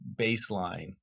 baseline